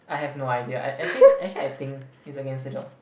I have no idea I actually actually I think its against the door